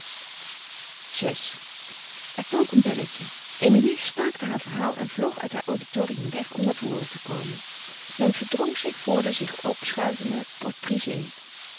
vi er klonk een belletje emilie staakte haar verhaal en vloog uit haar auditorium weg om naar voren te komen men verdrong zich voor de zich opschuivende